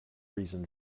reason